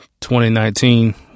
2019